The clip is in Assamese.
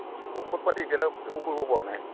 ঔষধ পাতি এতিয়ালৈ একো কৰিব পৰা নাই